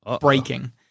breaking